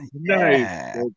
Nice